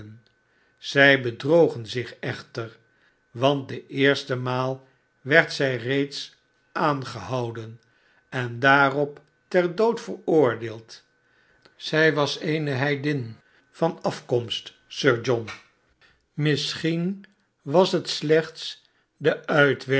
zij bedrogen zich echter want de eerste maal werd zij reeds aangehouden en daarop ter dood veroordeeld zij was eene heidin van afkomst sir john misschien was het slechts de